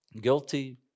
guilty